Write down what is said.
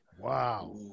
wow